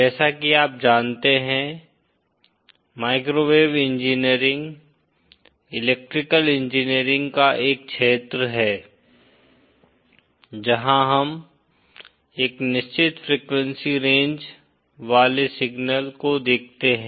जैसा कि आप जानते हैं माइक्रोवेव इंजीनियरिंग इलेक्ट्रिकल इंजीनियरिंग का एक क्षेत्र है जहां हम एक निश्चित फ्रीक्वेंसी रेंज वाले सिग्नल को देखते हैं